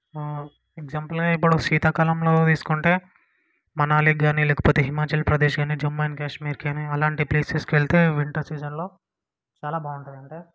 example నేను ఇప్పుడు శీతాకాలంలో తీసుకుంటే మనాలికి గానీ లేకపోతే హిమాచల్ప్రదేశ్ గానీ జమ్మూ అండ్ కాశ్మీర్కి కానీ అలాంటి ప్లేసెస్కి వెళ్తే వింటర్ సీజన్లో చాలా బాగుంటుంది అంటే